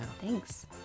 Thanks